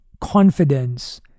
confidence